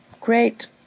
great